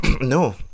no